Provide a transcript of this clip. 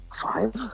Five